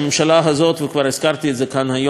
וכבר הזכרתי את זה כאן היום מעל הדוכן הזה,